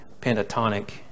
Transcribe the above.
pentatonic